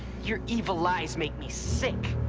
your evil lies make me sick!